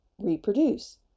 reproduce